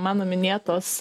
mano minėtos